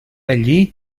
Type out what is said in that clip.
allí